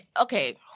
Okay